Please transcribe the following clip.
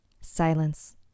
Silence